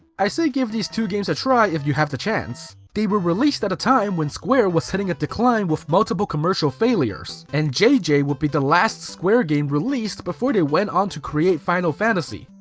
i say give these two games a try if you have the chance. they were released at a time when square was hitting a decline with multiple commercial failures, and jj would be the last square game released before they went on to create final fantasy,